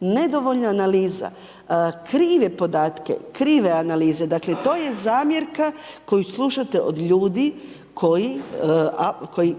nedovoljno analiza, krive podatke, krive analize, dakle to je zamjerka koju slušate od ljudi koji,